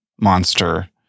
monster